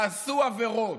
תעשו עבירות,